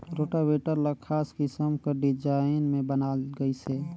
rotavator ल खास किसम कर डिजईन में बनाल गइसे